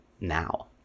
now